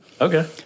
Okay